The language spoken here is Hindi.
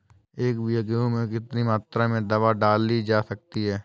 एक बीघा गेहूँ में कितनी मात्रा में दवा डाली जा सकती है?